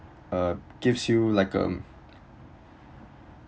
uh gives you like um